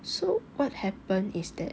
so what happened is that